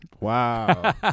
wow